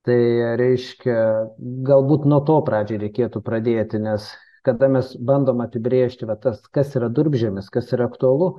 tai reiškia galbūt nuo to pradžioj reikėtų pradėti nes kada mes bandom apibrėžti vietas kas yra durpžemis kas yra aktualu